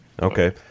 Okay